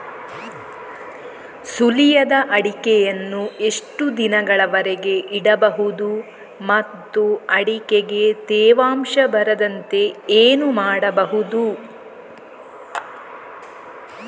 ಸುಲಿಯದ ಅಡಿಕೆಯನ್ನು ಎಷ್ಟು ದಿನಗಳವರೆಗೆ ಇಡಬಹುದು ಮತ್ತು ಅಡಿಕೆಗೆ ತೇವಾಂಶ ಬರದಂತೆ ಏನು ಮಾಡಬಹುದು?